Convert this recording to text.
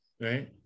right